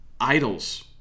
Idols